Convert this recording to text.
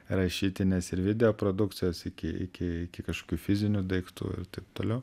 rašytinės ir video produkcijos iki iki kažkokių fizinių daiktų ir taip toliau